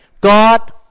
God